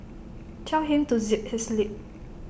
tell him to zip his lip